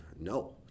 No